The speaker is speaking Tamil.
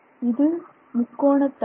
இது முக்கோண தளம்